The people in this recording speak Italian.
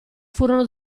furono